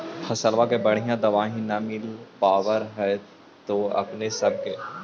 फसलबा के बढ़िया दमाहि न मिल पाबर होतो अपने सब के?